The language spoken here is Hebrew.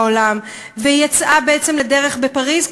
והיא יצאה לדרך בפריז,